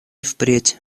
впредь